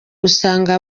usanga